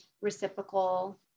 reciprocal